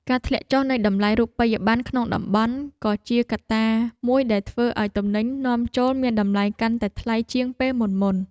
ការធ្លាក់ចុះនៃតម្លៃរូបិយបណ្ណក្នុងតំបន់ក៏ជាកត្តាមួយដែលធ្វើឱ្យទំនិញនាំចូលមានតម្លៃកាន់តែថ្លៃជាងពេលមុនៗ។